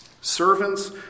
Servants